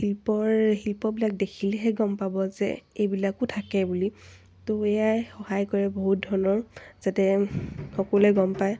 শিল্পৰ শিল্পবিলাক দেখিলেহে গম পাব যে এইবিলাকো থাকে বুলি তো এয়াই সহায় কৰে বহুত ধৰণৰ যাতে সকলোৱে গম পায়